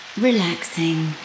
relaxing